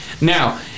Now